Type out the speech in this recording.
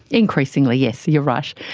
increasingly, yes, you're right.